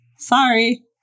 Sorry